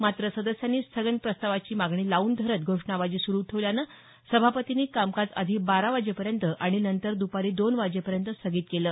मात्र सदस्यांनी स्थगन प्रस्तावाची मागणी लावून धरत घोषणाबाजी सुरू ठेवल्यानं सभापतींनी कामकाज आधी बारा वाजेपर्यंत आणि नंतर दपारी दोन वाजेपर्यंत स्थगित केलं